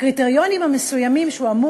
הקריטריונים המסוימים שהורה יחידני אמור